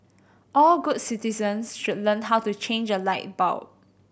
all good citizens should learn how to change a light bulb